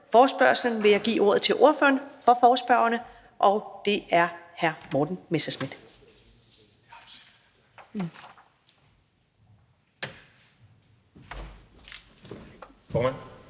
forespørgslen vil jeg give ordet til ordføreren for forespørgerne, og det er hr. Morten Messerschmidt.